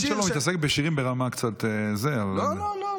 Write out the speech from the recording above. הבן שלו מתעסק בשירים ברמה קצת, לא, לא.